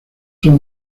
son